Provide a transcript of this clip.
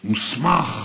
מוסמך,